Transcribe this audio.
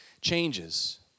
changes